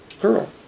girl